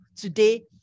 today